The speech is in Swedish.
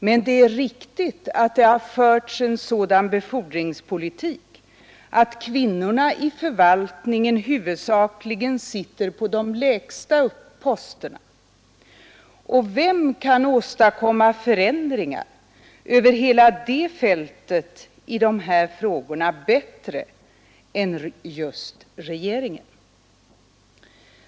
Men det är riktigt att det har förts en sådan befordringspolitik att kvinnorna i förvaltningen huvudsakligen sitter på de lägsta posterna, och vem kan åstadkomma förändringar över hela det fältet i de här frågorna bättre än just regeringen?